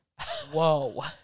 Whoa